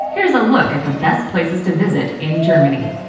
here's a look at the best places to visit in germany.